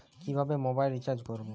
কিভাবে mobile recharge করব?